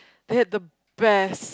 they have the best